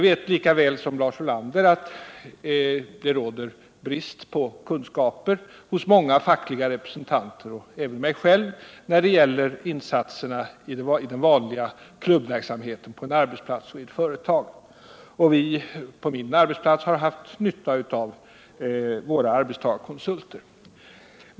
Men lika väl som Lars Ulander vet jag att det råder brist på kunskaper hos många fackliga representanter och även hos mig när det gäller insatser i den vanliga klubbverksamheten på arbetsplatser och företag. Vi har ändå på min arbetsplats haft nytta av våra konsulter.